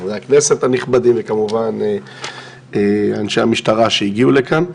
חברי הכנסת הנכבדים וכמובן אנשי המשטרה שהגיעו לכאן.